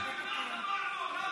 למה כל הזמן,